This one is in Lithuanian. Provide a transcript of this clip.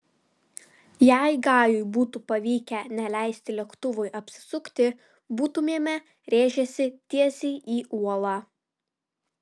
jei gajui būtų pavykę neleisti lėktuvui apsisukti būtumėme rėžęsi tiesiai į uolą